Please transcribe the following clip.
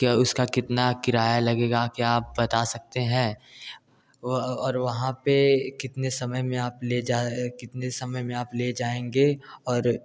क्या उसका कितना किराया लगेगा क्या आप बता सकते हैं और वहाँ पे कितने समय में आप कितने समय में आप ले जाएंगे और